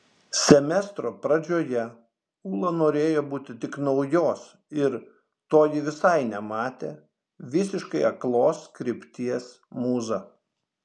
semestro pradžioje ūla norėjo būti tik naujos ir to ji visai nematė visiškai aklos krypties mūza